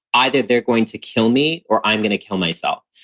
either they're going to kill me or i'm going to kill myself.